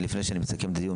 לפני שאני מסכם את הדיון,